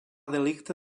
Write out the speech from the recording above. delicte